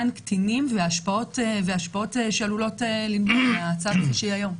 קטינים וההשפעות שעלולות להיות להצעה כפי שהיא היום.